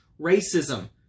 racism